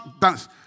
dance